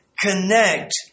connect